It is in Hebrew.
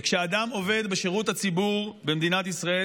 כשאדם עובד בשירות הציבור במדינת ישראל